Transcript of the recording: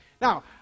Now